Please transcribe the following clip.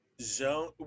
Zone